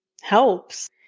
helps